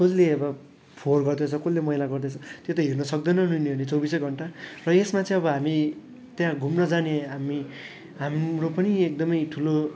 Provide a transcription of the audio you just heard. कसले अब फोहोर गर्दैछ कसले मैला गर्दैछ त्यो त हेर्न सक्दैन नै नि अनि चौबिसै घन्टा र यसमा चाहिँ अब हामी त्यहाँ घुम्न जाने हामी हाम्रो पनि एकदमै ठुलो